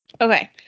Okay